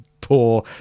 poor